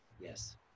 yes